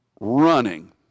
running